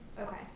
Okay